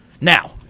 Now